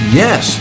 yes